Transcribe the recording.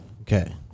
Okay